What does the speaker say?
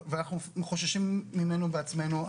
ואנחנו חוששים ממנו בעצמנו.